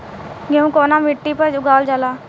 गेहूं कवना मिट्टी पर उगावल जाला?